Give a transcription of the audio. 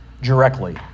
directly